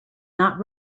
not